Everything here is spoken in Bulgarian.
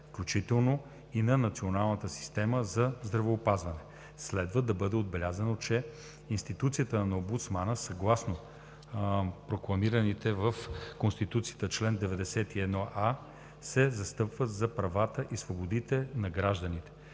включително и на Националната система за здравеопазване. Следва да бъде отбелязано, че институцията на Омбудсмана, съгласно прокламираното в Конституцията – чл. 91а, се застъпва за правата и свободите на гражданите,